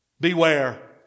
Beware